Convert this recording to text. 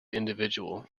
individual